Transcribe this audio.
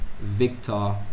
Victor